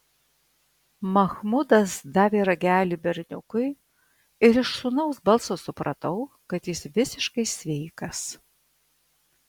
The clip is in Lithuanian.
machmudas davė ragelį berniukui ir iš sūnaus balso supratau kad jis visiškai sveikas